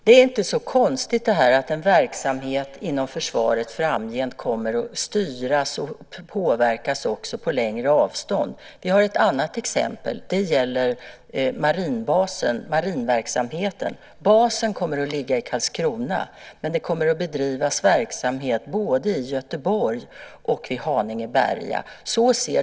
Det är inte så konstigt att en verksamhet inom försvaret framgent kommer att styras och påverkas också på längre avstånd. Vi har ett annat exempel som gäller marinverksamheten. Basen kommer att ligga i Karlskrona, men det kommer att bedrivas verksamhet både i Göteborg och vid Haninge/Berga.